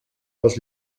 dels